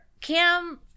Kim